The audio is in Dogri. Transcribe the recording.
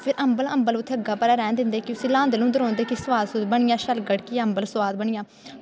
फिर अम्बल अम्बल उत्थें अग्गै पर गै रैह्न दिंदे उसी ल्हांदे ल्हूंदे रौंह्दे कि स्वाद स्वूद बनी जा शैल गड़की जा अम्बल स्वाद बनी जा